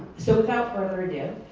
so without further ado,